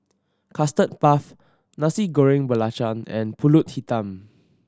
Custard Puff Nasi Goreng Belacan and Pulut Hitam